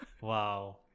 wow